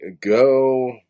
go